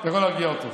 אתה יכול להרגיע אותו.